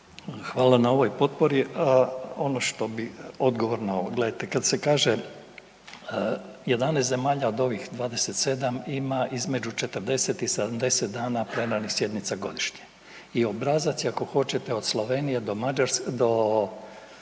Hvala na ovoj potpori. A ono što bih odgovorio na ovo, gledajte kada se kaže 11 zemalja od ovih 27 ima između 40 i 70 dana plenarnih sjednica godišnje i obrazac je ako hoćete od Slovenije do